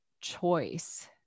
choice